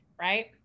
Right